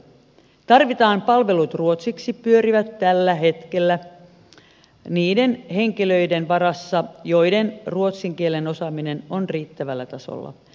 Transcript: tarvittavat palvelut ruotsiksi pyörivät tällä hetkellä niiden henkilöiden varassa joiden ruotsin kielen osaaminen on riittävällä tasolla